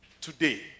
Today